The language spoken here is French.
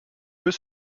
peut